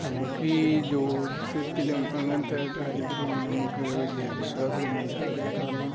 നമുക്ക് ഈ ജോത്സ്യത്തിലും അങ്ങനത്തെ കാര്യത്തിലൊന്നും നമ്മൾക്ക് വലിയ വിശ്വാസം ഒന്നും ഇല്ല കാരണം